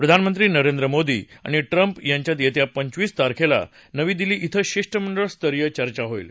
प्रधानमंत्री नरेंद्र मोदी आणि ट्रम्प यांच्यात येत्या पंचवीस तारखेला नवी दिल्ली बें शिष्टमंडळ स्तरीय चर्चा होईल